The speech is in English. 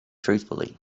truthfully